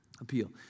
Appeal